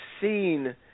seen